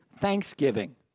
thanksgiving